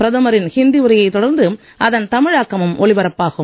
பிரதமரின் ஹிந்தி உரையைத் தொடர்ந்து அதன் தமிழாக்கமும் ஒலிபரப்பாகும்